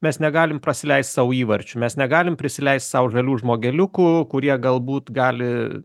mes negalim prasileist sau įvarčių mes negalim prisileist sau žalių žmogeliukų kurie galbūt gali